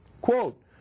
Quote